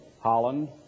Holland